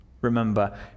Remember